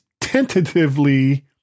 tentatively